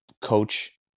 coach